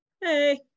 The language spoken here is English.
Hey